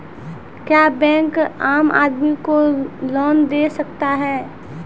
क्या बैंक आम आदमी को लोन दे सकता हैं?